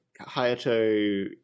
Hayato